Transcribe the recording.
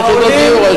יחידות דיור?